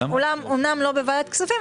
אמנם לא בוועדת כספים,